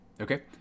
Okay